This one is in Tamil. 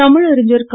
தமிழறிஞர் க